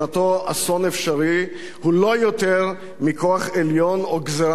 אסון אפשרי הוא לא יותר מכוח עליון או גזירה משמים.